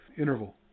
interval